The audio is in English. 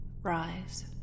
Rise